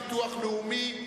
ביטוח לאומי.